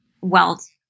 wealth